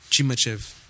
Chimachev